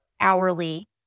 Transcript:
hourly